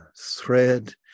thread